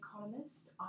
economist